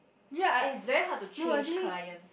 it's very hard to chase clients